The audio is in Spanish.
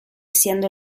siendo